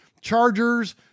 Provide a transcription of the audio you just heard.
chargers